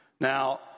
Now